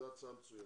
זו הצעה מצוינת.